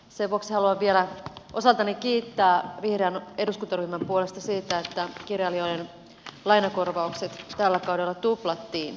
sen vuoksi haluan vielä osaltani kiittää vihreän eduskuntaryhmän puolesta siitä että kirjailijoiden lainakorvaukset tällä kaudella tuplattiin